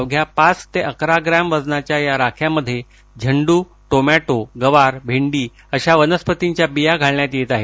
अवघ्या पाच ते अकरा ग्रॅम वजनाच्या या राख्यामध्ये झेंडू टोमॅटो गवार भेंडी अशा वनस्पतींच्या बिया घालण्यात येत आहेत